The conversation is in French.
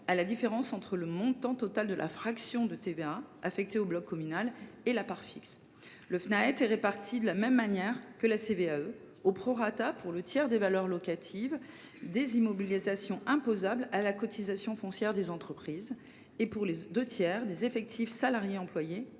à la différence entre le montant total de la fraction de TVA affectée au bloc communal et la part fixe. Le Fnaet est réparti de la même manière que la CVAE : au prorata, pour le tiers, des valeurs locatives des immobilisations imposables à la CFE, et, pour les deux tiers, des effectifs salariés employés